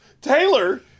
Taylor